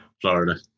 florida